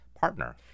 partner